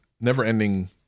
never-ending